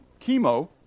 chemo